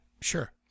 Sure